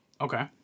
Okay